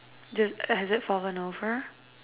does has it fallen over